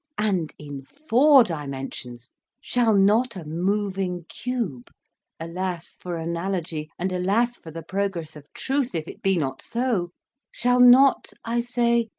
and in four dimensions shall not a moving cube alas, for analogy, and alas for the progress of truth, if it be not so shall not, i say,